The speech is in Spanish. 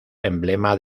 emblema